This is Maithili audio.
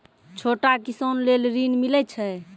छोटा किसान लेल ॠन मिलय छै?